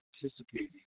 participating